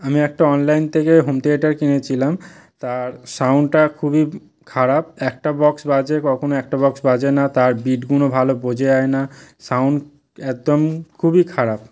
আমি একটা অনলাইন থেকে হোমথিয়েটার কিনেছিলাম তার সাউণ্ডটা খুবই খারাপ একটা বক্স বাজে কখনও একটা বক্স বাজে না তার বিটগুলো ভালো বোঝা যায় না সাউণ্ড একদম খুবই খারাপ